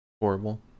horrible